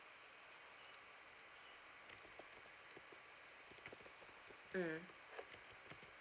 mm